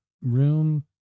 room